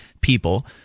people